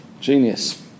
Genius